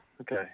okay